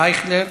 אייכלר.